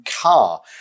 car